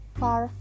far